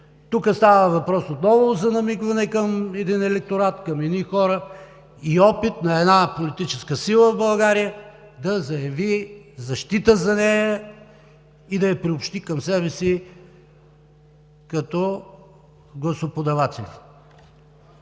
Тук става въпрос отново за намигване към един електорат, към едни хора и опит на една политическа сила в България да заяви защита за нея и да я приобщи към себе си като гласоподавател.